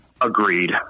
Agreed